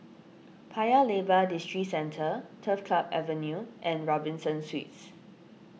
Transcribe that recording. Paya Lebar Districentre Turf Club Avenue and Robinson Suites